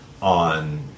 on